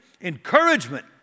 encouragement